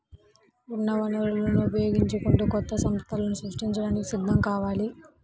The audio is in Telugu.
ఉన్న వనరులను ఉపయోగించుకుంటూ కొత్త సంస్థలను సృష్టించడానికి సిద్ధం కావాలి